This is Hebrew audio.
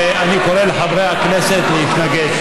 ואני קורא לחברי הכנסת להתנגד.